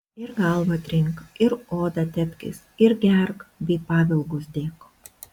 ir galvą trink ir odą tepkis ir gerk bei pavilgus dėk